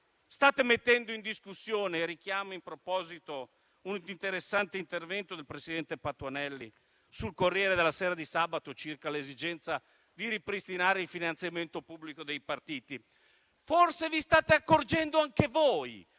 state mettendo in discussione. Richiamo in proposito un interessante intervento del presidente Patuanelli sul «Corriere della Sera» di sabato scorso circa l'esigenza di ripristinare il finanziamento pubblico dei partiti. Forse vi state accorgendo anche voi